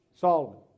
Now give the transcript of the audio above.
Solomon